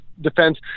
defense